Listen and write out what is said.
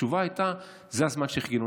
התשובה הייתה: זה הזמן שחיכינו,